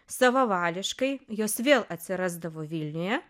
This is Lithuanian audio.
savavališkai jos vėl atsirasdavo vilniuje